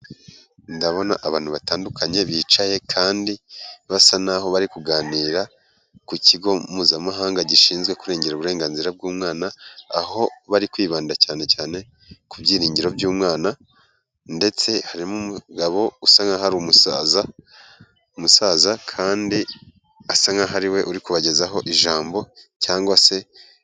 Ndabona abantu batandukanye bicaye kandi basa naho bari kuganira ku kigo mpuzamahanga gishinzwe kurengera uburenganzira bw'umwana, aho bari kwibanda cyane cyane ku byiringiro by'umwana ndetse harimo umugabo usa nk'aho ari umusaza, umusaza kandi asa nk'aho ari we uri kubagezaho ijambo cyangwa se.